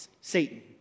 Satan